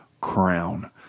crown